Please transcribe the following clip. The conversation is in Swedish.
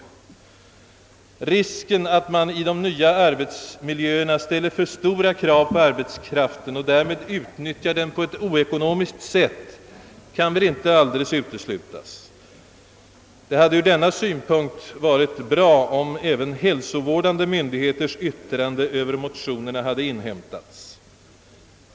Risken för att man i de nya arbetsmiljöerna ställer för stora krav på ar betskraften och därmed utnyttjar den på ett oekonomiskt sätt kan sålunda inte alldeles uteslutas. Ur denna synpunkt hade det varit bra om även hälsovårdande myndigheters yttranden över motionerna hade inhämtats.